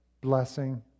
blessing